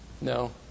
No